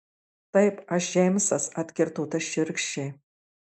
taip aš džeimsas atkirto tas šiurkščiai